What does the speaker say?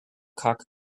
cock